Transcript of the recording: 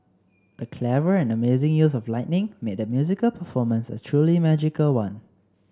the clever and amazing use of lighting made the musical performance a truly magical one